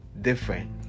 different